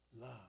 Love